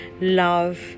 love